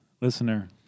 Listener